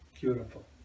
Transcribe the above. Beautiful